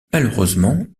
malheureusement